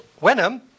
Wenham